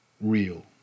real